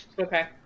Okay